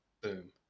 boom